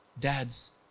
Dads